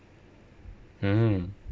mm